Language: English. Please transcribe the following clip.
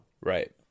Right